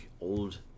old